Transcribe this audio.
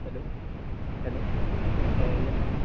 hello hello yes ma'am